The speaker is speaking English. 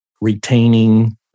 retaining